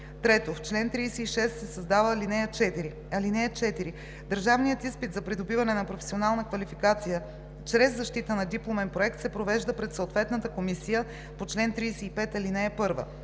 3. В чл. 36 се създава ал. 4: „(4) Държавният изпит за придобиване на професионална квалификация чрез защита на дипломен проект се провежда пред съответната комисия по чл. 35, ал. 1.